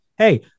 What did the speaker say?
Hey